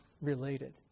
related